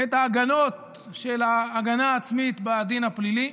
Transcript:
את ההגנות של ההגנה העצמית בדין הפלילי.